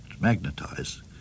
magnetize